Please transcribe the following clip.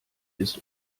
ist